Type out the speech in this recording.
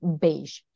beige